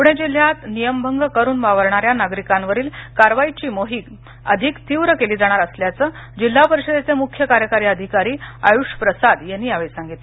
पुणे जिल्ह्यात नियमभंग करून वावरणाऱ्या नागरिकांवरील कारवाईची मोहीम अधिक तीव्र केली जाणार असल्याचं जिल्हा परिषदेचे मुख्य कार्यकारी अधिकारी आयुष प्रसाद यांनी यावेळी सांगितलं